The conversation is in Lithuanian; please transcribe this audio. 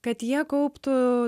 kad jie kauptų